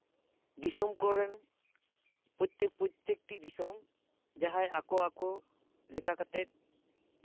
ᱫᱤᱥᱚᱢ ᱠᱚᱨᱮᱱ ᱯᱨᱚᱛᱮᱠ ᱯᱨᱚᱛᱮᱠᱴᱤ ᱫᱤᱥᱚᱢ ᱡᱟᱦᱟᱸᱭ ᱟᱠᱚ ᱟᱠᱚ ᱞᱮᱠᱟ ᱠᱟᱛᱮᱫ